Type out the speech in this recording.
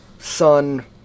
son